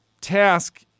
task